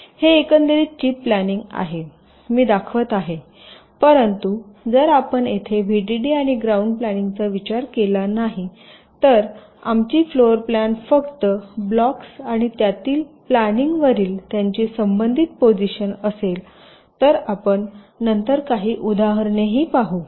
हे एकंदरीत chip planning आहे मी दाखवित आहे परंतु जर आपण येथे व्हीडीडी आणि ग्राउंड प्लॅनिंगचा विचार केला नाही तर आमची फ्लोर प्लॅन फक्त ब्लॉक्स आणि त्यातील प्लॅनिंगवरील त्यांची संबंधित पोजिशन असेल तर आपण नंतर काही उदाहरणेही पाहू